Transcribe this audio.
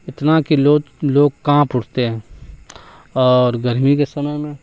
اتنا کہ لوگ لوگ کانپ اٹھتے ہیں اور گرمی کے سمے میں